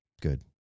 Good